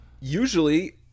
usually